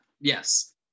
Yes